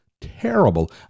terrible